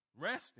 resting